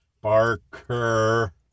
Barker